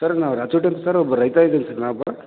sir ನಾವು ರಾಚೋಟಿ ಅಂತ sir ಒಬ್ಬ ರೈತ ಇದ್ದೀನಿ ನಾ ಒಬ್ಬ